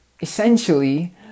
essentially